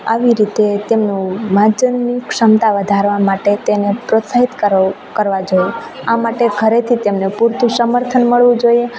આવી રીતે તેમની વાંચનની ક્ષમતા વધારવા માટે તેમને પ્રોત્સાહિત કરવું કરવાં જોઈએ આ માટે ઘરેથી તેમને પૂરતું સમર્થન મળવું જોઈએ